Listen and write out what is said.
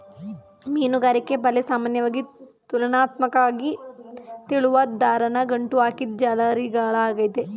ಮೀನುಗಾರಿಕೆ ಬಲೆ ಸಾಮಾನ್ಯವಾಗಿ ತುಲನಾತ್ಮಕ್ವಾಗಿ ತೆಳುವಾದ್ ದಾರನ ಗಂಟು ಹಾಕಿದ್ ಜಾಲರಿಗಳಾಗಯ್ತೆ